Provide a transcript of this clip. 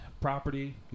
property